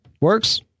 Works